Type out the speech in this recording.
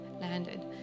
landed